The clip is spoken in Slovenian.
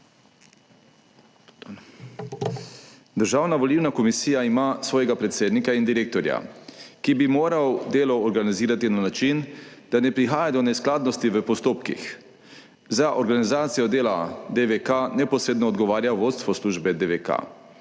Državna volilna komisija ima svojega predsednika in direktorja, ki bi moral delo organizirati na način, da ne prihaja do neskladnosti v postopkih. Za organizacijo dela DVK neposredno odgovarja vodstvo službe DVK.